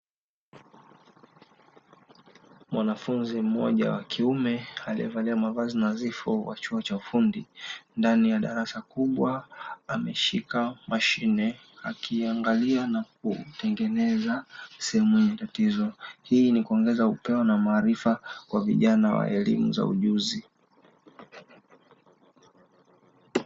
Mwanafunzi mmoja wa kiume aliyevalia mavazi mazito wa chuo cha ufundi ndani ya darasa kubwa ameshika mashine akiangalia na kutengeneza sehemu ya tatizo. Hii ni kuongeza upeo na maarifa kwa vijana wa elimu za ujuzi.